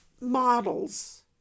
models